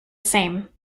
same